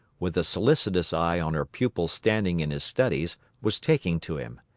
with a solicitous eye on her pupil's standing in his studies, was taking to him.